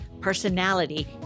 personality